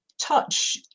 Touch